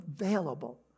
available